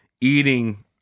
eating